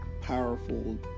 powerful